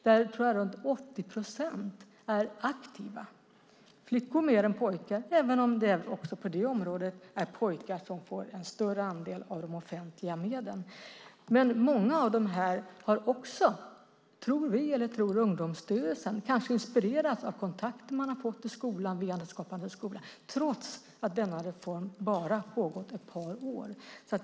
Av dem är runt 80 procent aktiva - flickor mer än pojkar, trots att pojkar även på det området får en större andel av de offentliga medlen. Ungdomsstyrelsen och vi tror att många har inspirerats av de kontakter man har fått via Skapande skola, trots att denna reform har pågått bara ett par år.